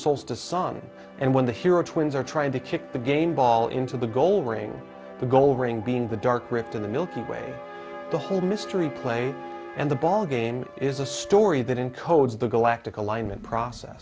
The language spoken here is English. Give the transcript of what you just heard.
to sun and when the hero twins are trying to kick the game ball into the goal ring the goal ring being the dark rift in the milky way the whole mystery play and the ball game is a story that encodes the galactic alignment process